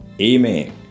Amen